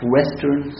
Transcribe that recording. Western